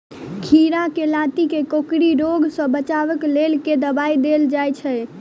खीरा केँ लाती केँ कोकरी रोग सऽ बचाब केँ लेल केँ दवाई देल जाय छैय?